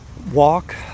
walk